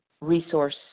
resource